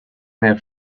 their